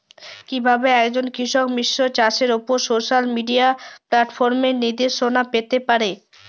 কিভাবে একজন কৃষক মিশ্র চাষের উপর সোশ্যাল মিডিয়া প্ল্যাটফর্মে নির্দেশনা পেতে পারে?